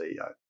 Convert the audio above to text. CEO